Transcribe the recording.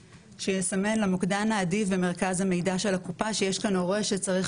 שיסמל למוקדן האדיב במרכז המידע של הקופה שיש כאן הורה שצריך